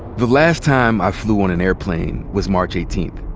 the last time i flew on an airplane was march eighteenth.